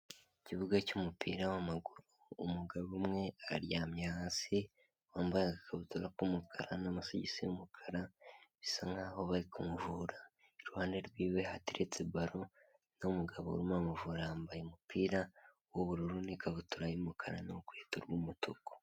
Ikibuga cy'umupira w'amaguru umugabo umwe aryamye hasi wambaye agakabutura k'umukara n'amasogisi y'umukara bisa nkaho bari kumuvura. Iruhande rw'iwe hateretse baro n'umugaboma urimo aramuvura yambaye umupira w'ubururu n'ikabutura y'umukara n'urukweto rw'umutuku.